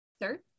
third